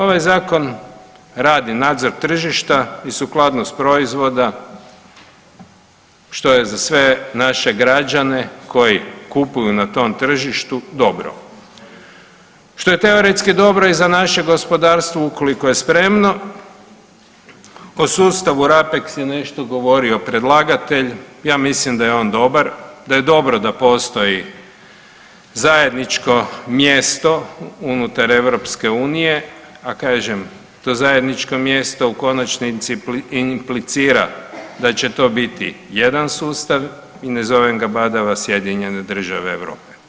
Ovaj Zakon radi nadzor tržišta i sukladnost proizvoda, što je za sve naše građane koji kupuju na tom tržištu dobro, što je teoretski dobro i za naše gospodarstvo ukoliko je spremno, o sustavu RAPEX je nešto govorio predlagatelj, ja mislim da je on dobar, da je dobro da postoji zajedničko mjesto unutar EU, a kažem, to zajedničko mjesto u konačnici i implicira da će to biti jedan sustav i ne zovem ga badava sjedinjene države Europe.